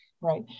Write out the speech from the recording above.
Right